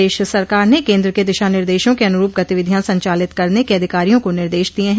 प्रदेश सरकार ने केन्द्र के दिशा निर्देशों के अनुरूप गतिविधियां संचालित करने के अधिकारियों को निर्देश दिये हैं